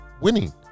winning